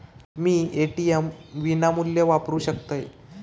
मी ATM विनामूल्य वापरू शकतय?